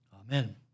Amen